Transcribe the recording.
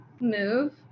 move